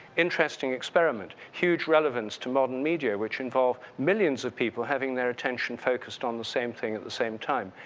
interesting experiment, huge relevance to modern media which involve millions of people having their attention focused on the same thing at the same time.